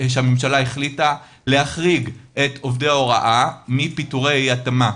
שהממשלה החליטה להחריג את עובדי ההוראה מפיטורי ההתאמה,